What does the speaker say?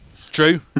True